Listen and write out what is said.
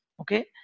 okay